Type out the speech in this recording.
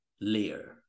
layer